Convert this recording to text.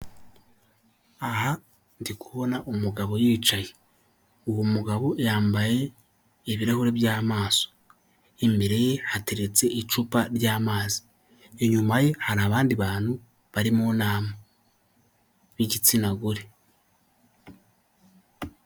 Aha ndi kubona umugabo yicaye. Uwo mugabo yambaye ibirahuri by'amaso. Imbere ye hateretse icupa ry'amazi. Inyuma ye hari abandi bantu bari mu nama, b'igitsina gore.